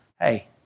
Hey